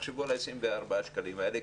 תחשבו על ה-24 שקלים האלה,